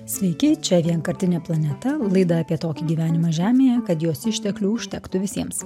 sveiki čia vienkartinė planeta laida apie tokį gyvenimą žemėje kad jos išteklių užtektų visiems